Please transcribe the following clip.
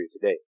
today